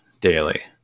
daily